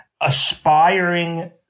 aspiring